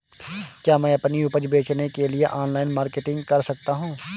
क्या मैं अपनी उपज बेचने के लिए ऑनलाइन मार्केटिंग कर सकता हूँ?